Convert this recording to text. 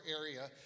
area